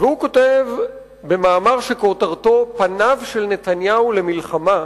והוא כותב במאמר שכותרתו "פניו של נתניהו למלחמה"